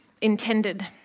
intended